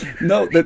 No